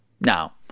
now